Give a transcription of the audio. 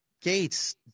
Gates